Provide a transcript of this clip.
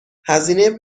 هزینه